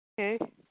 Okay